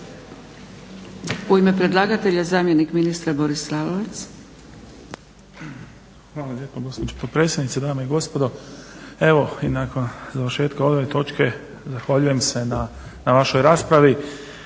U ime predlagatelja, zamjenik ministra Boris Lalovac. **Lalovac, Boris** Hvala lijepa gospođo potpredsjednice, dame i gospodo. Evo i nakon završetka ove točke, zahvaljujem se na vašoj raspravi.